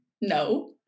No